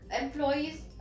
employees